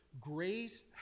grace